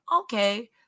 okay